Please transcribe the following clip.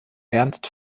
ernst